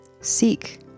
Seek